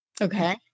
Okay